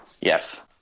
Yes